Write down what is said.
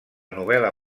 novel·la